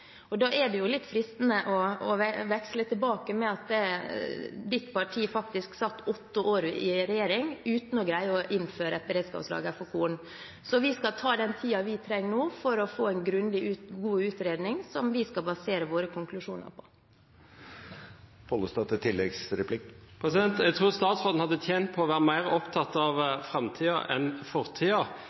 Da er det jo litt fristende å kvittere tilbake med at representantens parti faktisk satt åtte år i regjering uten å greie å innføre beredskapslager for korn. Vi skal ta den tiden vi nå trenger for å få en grundig og god utredning som vi skal basere våre konklusjoner på. Jeg tror statsråden hadde tjent på å være mer opptatt av framtiden enn